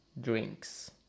drinks